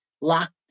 locked